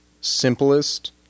simplest